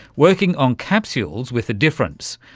working on capsules with a difference,